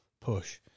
push